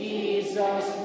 Jesus